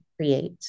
create